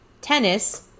tennis